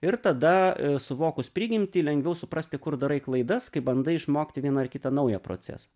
ir tada suvokus prigimtį lengviau suprasti kur darai klaidas kai bandai išmokti vieną ar kitą naują procesą